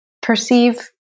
perceive